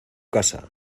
casa